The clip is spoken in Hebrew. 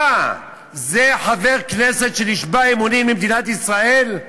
מה, זה חבר כנסת שנשבע אמונים למדינת ישראל?